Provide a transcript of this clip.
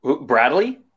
Bradley